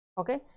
Okay